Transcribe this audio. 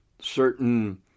certain